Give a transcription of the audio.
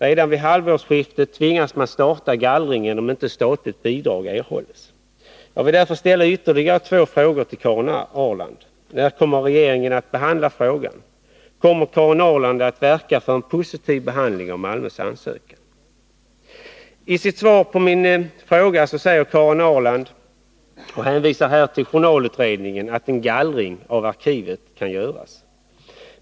Redan vid halvårsskiftet tvingas man starta gallringen, om inte statligt bidrag erhålls. Jag vill därför ställa ytterligare två frågor till Karin Ahrland: När kommer regeringen att behandla frågan? Kommer Karin Ahrland att verka för en positiv behandling av ansökan från Malmö? I sitt svar säger Karin Ahrland, och hon hänvisar här till journalutredningen, att en gallring av arkivet kan göras.